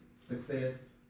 success